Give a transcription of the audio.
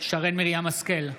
שרן מרים השכל,